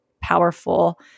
powerful